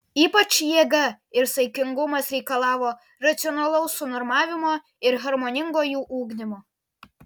ypač jėga ir saikingumas reikalavo racionalaus sunormavimo ir harmoningo jų ugdymo